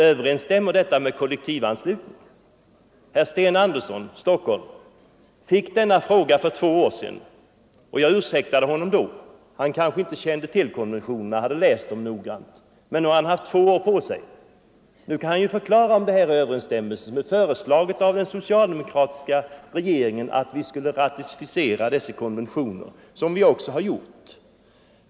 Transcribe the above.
Överensstämmer detta med kollektivanslutning? Herr Sten Andersson i Stockholm fick denna fråga för två år sedan. Jag ursäktade honom då. Han kanske inte kände till konventionen och hade kanske inte läst den noggrant. Men nu har han haft två år på sig. Nu kan han ju förklara om detta överensstämmer. Den socialdemokratiska regeringen föreslog att vi skulle ratificera denna konvention, och det har vi också gjort.